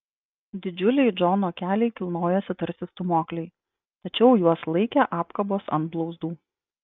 didžiuliai džono keliai kilnojosi tarsi stūmokliai tačiau juos laikė apkabos ant blauzdų